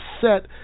set